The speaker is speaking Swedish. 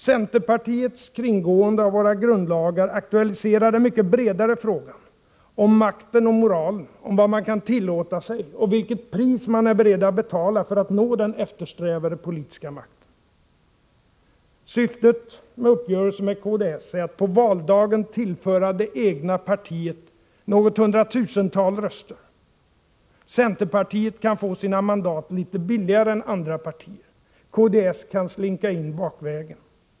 Centerpartiets kringgående av våra grundlagar aktualiserar den mycket bredare frågan om makten och moralen, om vad man kan tillåta sig och vilket pris man är beredd att betala för att nå den eftersträvade politiska makten. Syftet med uppgörelsen med kds är att på valdagen tillföra det egna partiet något hundratusental röster. Centerpartiet kan få sina mandat litet billigare än andra partier, kds kan slinka in bakvägen.